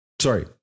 Sorry